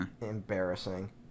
Embarrassing